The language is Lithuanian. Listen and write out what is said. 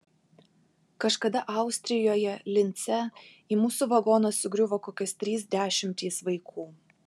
kažkada austrijoje lince į mūsų vagoną sugriuvo kokios trys dešimtys vaikų